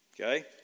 okay